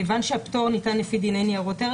כיוון שהפטור ניתן לפי דיני ניירות ערך,